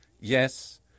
yes